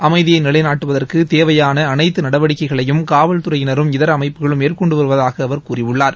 அமைதியை நிலைநாட்டுவதற்கு தேவையான அனைத்து நடவடிக்கைகளையும் காவல்துறையினரும் இதர அமைப்புகளும் மேற்கொண்டு வருவதாக அவர் கூறியுள்ளார்